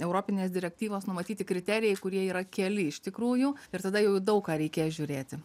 europinės direktyvos numatyti kriterijai kurie yra keli iš tikrųjų ir tada jau į daug ką reikės žiūrėti